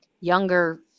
younger